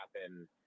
happen